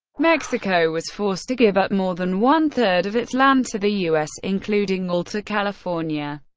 mexico was forced to give up more than one-third of its land to the u s. including alta california,